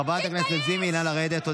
חברת הכנסת לזימי, נא לרדת.